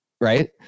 right